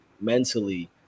mentally